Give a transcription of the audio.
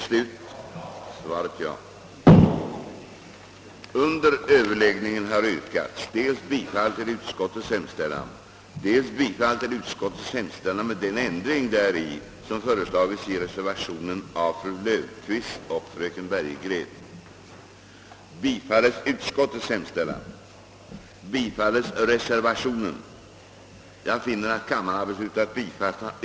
Som förutsättning härför gäller bl.a. att ett boningshus som tillhör nyttjanderättshavaren och som lämnar nöjaktig bostad åt honom och hans familj finns på marken och att ett sådant boningshus var uppfört där redan den 1 januari 1919. I propositionen föreslås att dessa villkor ersätts med ett krav på att marken sedan den 1 januari 1928 varit bebyggd med nyttjanderättshavare tillhörigt boningshus som under samma tid utgjort stadigvarande bostad åt honom och hans familj.